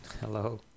Hello